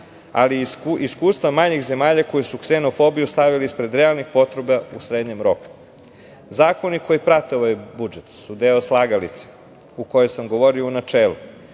ali i iskustva manjih zemalja koje su ksenofobiju stavili ispred realnih potreba u srednjom roku. Zakoni koji prate ovaj budžet su deo slagalice o kojoj sam govori o načelu.